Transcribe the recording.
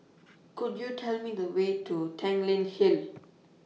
Could YOU Tell Me The Way to Tanglin Hill